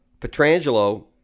Petrangelo